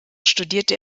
studierte